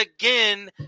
again